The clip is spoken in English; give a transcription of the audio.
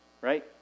Right